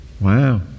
Wow